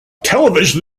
television